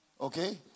okay